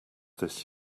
this